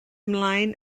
ymlaen